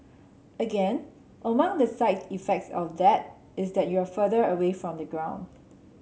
again among the side effects of that is that you're further away from the ground